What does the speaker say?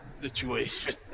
situation